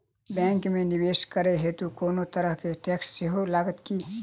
Bank मे निवेश करै हेतु कोनो तरहक टैक्स सेहो लागत की?